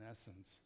essence